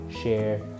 share